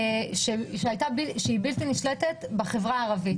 שהיא בלתי נשלטת, בחברה הערבית.